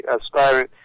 aspiring